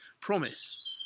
promise